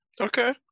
Okay